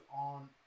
on